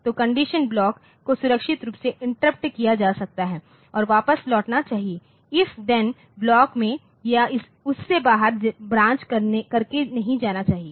तो conditional block को सुरक्षित रूप से इंटरप्ट किया जा सकता है और वापस लौटना चाहिए और इफ थेन ब्लॉक में या उससे बाहर ब्रांच करके नहीं जाना चाहिए